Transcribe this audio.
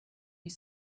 you